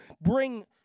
bring